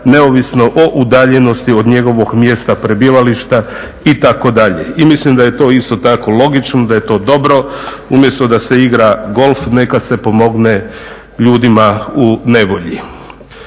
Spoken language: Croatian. neovisno o udaljenosti od njegovog mjesta prebivališta itd. I mislim da je to isto tako logično, da je to dobro. Umjesto da se igra golf neka se pomogne ljudima u nevolji.